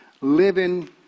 living